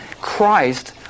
Christ